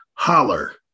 Holler